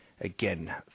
Again